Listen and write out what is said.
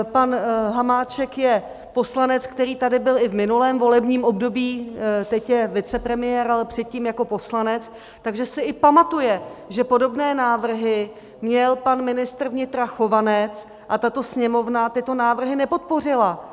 Pan Hamáček je poslanec, který tady byl i v minulém volebním období, teď je vicepremiér, ale předtím jako poslanec, takže si i pamatuje, že podobné návrhy měl pan ministr vnitra Chovanec a tato Sněmovna tyto návrhy nepodpořila.